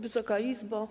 Wysoka Izbo!